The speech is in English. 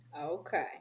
Okay